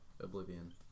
Oblivion